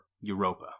Europa